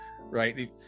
right